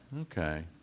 Okay